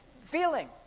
feeling